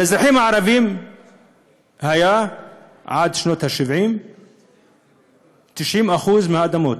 לאזרחים הערבים היו עד שנות ה-70 90% מהאדמות,